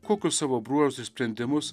kokius savo bruožus ir sprendimus